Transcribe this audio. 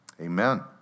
Amen